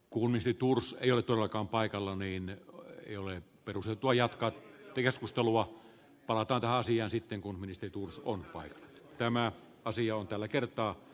kun isi tuura ei olekaan paikalla niin ei ole perusteltua jatkaa keskustelua palata asiaan sitten kun ministeri tuus on vain tämä asia on arvoisa puhemies